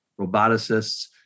roboticists